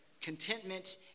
contentment